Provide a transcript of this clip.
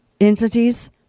entities